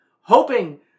hoping